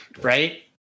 right